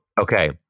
okay